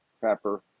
pepper